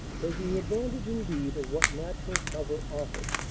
taking advantage indeed of what natural cover offered,